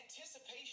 anticipation